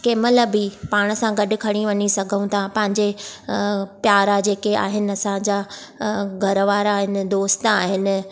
कंहिं महिल बि पाण सां गॾु खणी वञी सघूं था पंहिंजे प्यारा जेके आहिनि असांजा घरवारा आहिनि दोस्त आहिनि